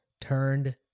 turned